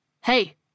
Hey